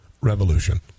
Revolution